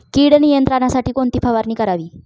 कीड नियंत्रणासाठी कोणती फवारणी करावी?